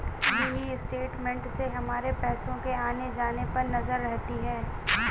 mini statement से हमारे पैसो के आने जाने पर नजर रहती है